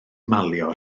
malio